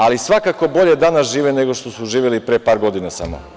Ali, svakako bolje danas žive nego što su živeli pre par godina samo.